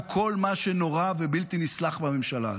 כל מה שנורא ובלתי נסלח בממשלה הזאת.